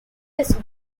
his